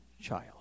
child